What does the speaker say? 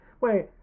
wait